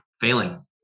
failing